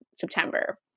September